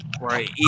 Right